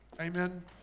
Amen